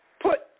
Put